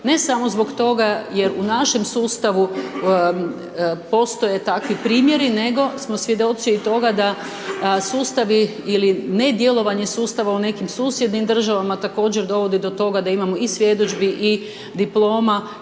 Ne samo zbog toga jer u našem sustavu postoje takvi primjeri nego smo svjedoci i toga da sustavi ili nedjelovanje sustava u nekim susjednim državama također dovodi do toga da imamo i svjedodžbi i diploma